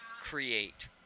Create